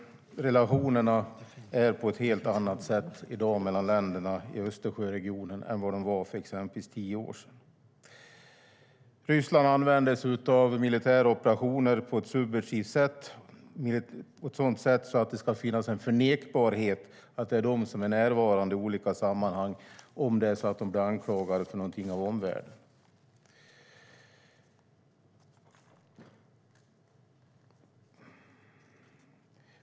Relationerna mellan länderna i Östersjöregionen är helt andra i dag än de var för exempelvis tio år sedan. Ryssland använder sig av militära operationer på ett subversivt sätt, på ett sådant sätt att det ska finnas en förnekbarhet om att de är närvarande i olika sammanhang ifall de blir anklagade för någonting av omvärlden.